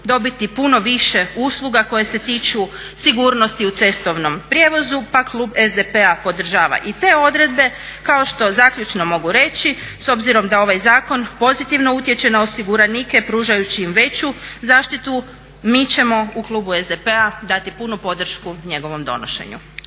dobiti puno više usluga koje se tiču sigurnosti u cestovnom prijevozu pa klub SDP-a podržava i te odredbe. Kao što zaključno mogu reći, s obzirom da ovaj zakon pozitivno utječe na osiguranike pružajući im veću zaštitu, mi ćemo u klubu SDP-a dati punu podršku njegovom donošenju.